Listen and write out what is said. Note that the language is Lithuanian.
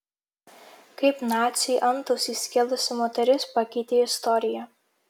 kaip naciui antausį skėlusi moteris pakeitė istoriją